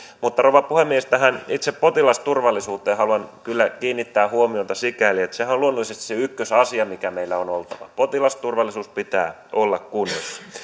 saada rouva puhemies tähän itse potilasturvallisuuteen haluan kyllä kiinnittää huomiota sikäli että sehän on luonnollisesti se ykkösasia mikä meillä on oltava potilasturvallisuuden pitää olla kunnossa